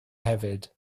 hefyd